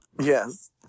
Yes